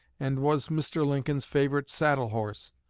and was mr. lincoln's favorite saddle-horse.